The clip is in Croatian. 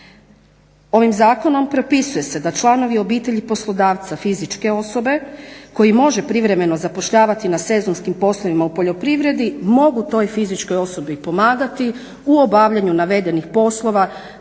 Ovim zakonom prepisuje se da članovi obitelji poslodavca fizičke osobe koji može privremeno zapošljavati na sezonskim poslovima u poljoprivredi, mogu toj fizičkoj osobi pomagati u obavljanju navedenih poslova